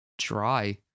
dry